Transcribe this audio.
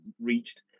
reached